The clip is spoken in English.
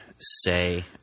say